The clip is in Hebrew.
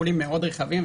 שיקולים מאוד רחבים.